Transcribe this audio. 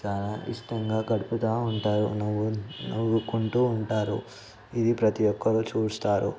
చాలా ఇష్టంగా గడుపుతూ ఉంటారు నవ్వు నవ్వుకొంటూ ఉంటారు ఇది ప్రతీ ఒక్కరూ చూస్తారు